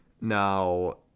Now